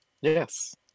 Yes